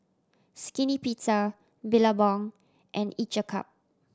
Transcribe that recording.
Skinny Pizza Billabong and Each a Cup